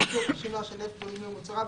זיקוק ושינוע של נפט גולמי ומוצריו,